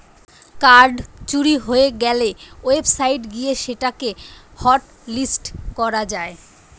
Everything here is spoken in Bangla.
কার্ড চুরি হয়ে গ্যালে ওয়েবসাইট গিয়ে সেটা কে হটলিস্ট করা যায়